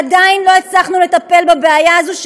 עדיין לא הצלחנו לטפל בבעיה הזאת,